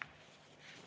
Kõik